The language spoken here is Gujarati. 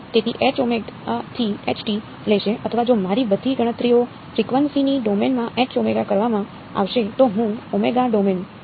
તેથી થી h લેશે અથવા જો મારી બધી ગણતરીઓ ફ્રિક્વન્સી ડોમેનમાં કરવામાં આવશે તો હું ઓમેગા ડોમેન માં જ રહી શકું છું